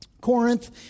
Corinth